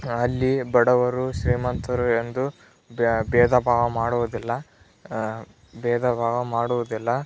ಅಲ್ಲಿ ಬಡವರು ಶ್ರೀಮಂತರು ಎಂದು ಭೇದ ಭಾವ ಮಾಡುವುದಿಲ್ಲ ಭೇದ ಭಾವ ಮಾಡುವುದಿಲ್ಲ